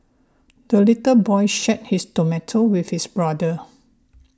the little boy shared his tomato with his brother